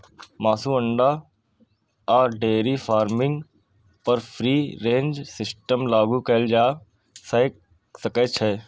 मासु, अंडा आ डेयरी फार्मिंग पर फ्री रेंज सिस्टम लागू कैल जा सकै छै